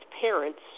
parents